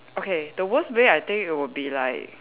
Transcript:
okay the worst way I think it would be like